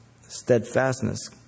steadfastness